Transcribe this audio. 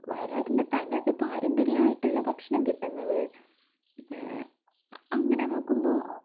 വയനാട്ടിൻ്റെ തനത് പാരമ്പര്യമായിട്ടുള്ള ഭക്ഷണം കിട്ടുന്നത് അങ്ങനെ നോക്കുമ്പോൾ